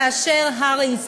כאשר הר"י,